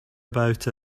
about